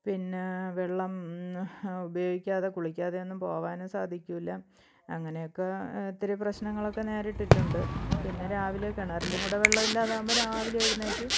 പിന്നെ വെള്ളം ഉപയോഗിക്കാതെ കുളിക്കാതെ ഒന്നും പോവാനും സാധിക്കില്ല അങ്ങനെ ഒക്കെ ഇത്തിരി പ്രശ്നങ്ങളൊക്ക നേരിട്ടിട്ടുണ്ട് പിന്നെ രാവിലെ കിണറിലും കൂടെ വെള്ളം ഇല്ലാതാകുമ്പോൾ രാവിലെ എഴുന്നേറ്റ്